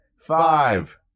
five